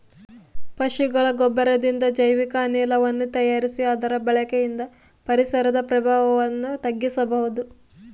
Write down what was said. ಪಶುಗಳ ಗೊಬ್ಬರದಿಂದ ಜೈವಿಕ ಅನಿಲವನ್ನು ತಯಾರಿಸಿ ಅದರ ಬಳಕೆಯಿಂದ ಪರಿಸರದ ಪ್ರಭಾವವನ್ನು ತಗ್ಗಿಸಬಹುದು